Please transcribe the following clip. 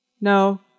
No